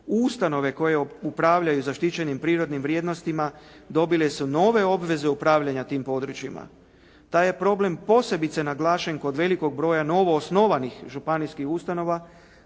ustanove koje upravljaju zaštićenim prirodnim vrijednostima, dobile su nove obveze upravljanja tim područjima. Taj je problem posebice naglašen kod velikog broja novoosnovanih županijskih ustanova